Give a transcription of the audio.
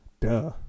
Duh